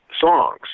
songs